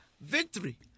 victory